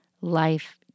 life